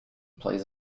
plays